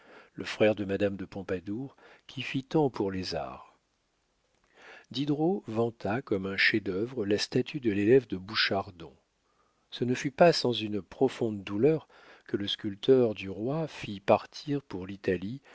le frère de madame de pompadour qui fit tant pour les arts diderot vanta comme un chef-d'œuvre la statue de l'élève de bouchardon ce ne fut pas sans une profonde douleur que le sculpteur du roi vit partir pour l'italie